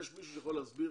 האם יש מישהו שיכול להסביר